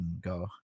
go